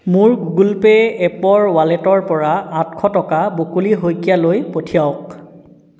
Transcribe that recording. মোৰ Google pay এপৰ ৱালেটৰ পৰা আঠশ টকা বকুলি শইকীয়া লৈ পঠিয়াওক